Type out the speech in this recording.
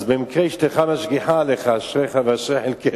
אז במקרה אשתך משגיחה עליך, אשריך ואשרי חלקך,